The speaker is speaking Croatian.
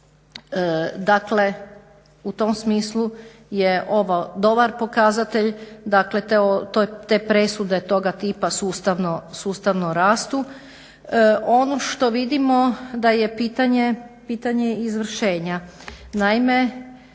Dakle u tom smislu je ovo dobar pokazatelj, dakle te presude toga tipa sustavno rastu. Ono što vidimo da je pitanje, pitanje izvršenja. Naime,